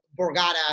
Borgata